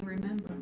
remember